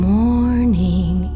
morning